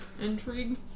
Intrigue